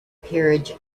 peerage